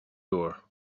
door